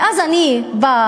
ואז אני באה,